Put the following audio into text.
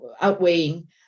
outweighing